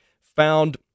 found